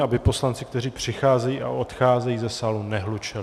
Aby poslanci, kteří přicházejí a odcházejí ze sálu, nehlučeli.